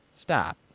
stop